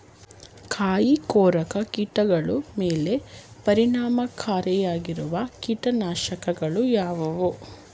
ಕಾಯಿಕೊರಕ ಕೀಟಗಳ ಮೇಲೆ ಪರಿಣಾಮಕಾರಿಯಾಗಿರುವ ಕೀಟನಾಶಗಳು ಯಾವುವು?